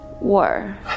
War